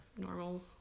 normal